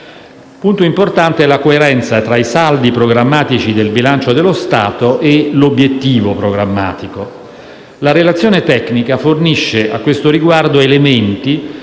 punto importante è la coerenza tra i saldi programmatici del bilancio dello Stato e l'obiettivo programmatico. La relazione tecnica fornisce a tal riguardo elementi